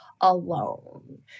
alone